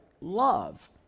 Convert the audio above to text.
love